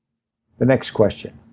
the next question,